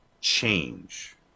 change